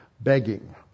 begging